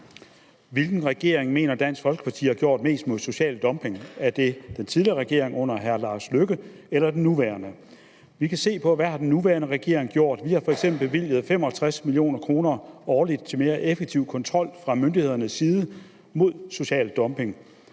Hvilken regering mener Dansk Folkeparti har gjort mest mod social dumping? Var det den tidligere regering under hr. Lars Løkke Rasmussen eller den nuværende? Vi kan se på, hvad den nuværende regering har gjort. Den har f.eks. årligt bevilget 65 mio. kr. til mere effektiv kontrol fra myndighedernes side mod social dumping.